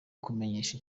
kumenyesha